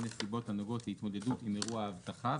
נסיבות הנוגעות להתמודדות עם אירוע האבטחה".